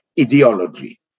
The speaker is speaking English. ideology